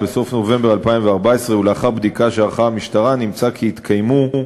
בסוף נובמבר 2014. לאחר בדיקה שערכה המשטרה נמצא כי התקיימו